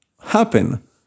happen